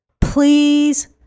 please